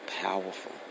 powerful